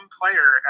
player